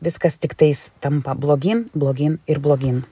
viskas tiktais tampa blogyn blogyn ir blogyn